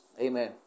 Amen